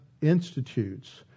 institutes